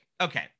okay